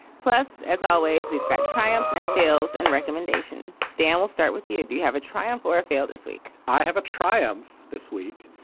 plus, as always, we've got triumphs and fails and recommendation. daniel, start with you. do you have a triumph or fail this week? i have a triumph this week.